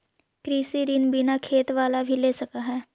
कृषि ऋण बिना खेत बाला भी ले सक है?